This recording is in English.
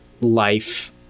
life